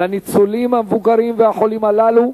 לניצולים המבוגרים והחולים הללו,